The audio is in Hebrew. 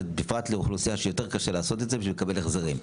בפרט לאוכלוסייה שיותר קשה לעשות את זה בשביל לקבל החזרים.